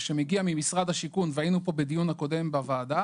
שמגיע ממשרד השיכון והיינו פה בדיון הקודם בוועדה